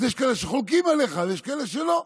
אז יש כאלה שחולקים עליך ויש כאלה שלא.